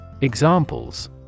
Examples